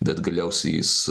bet galiausiai jis